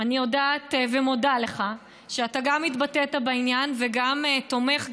אני יודעת ומודה לך שאתה גם התבטאת בעניין וגם תומך,